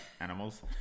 animals